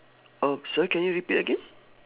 oh sorry can you repeat again